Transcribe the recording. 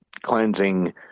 cleansing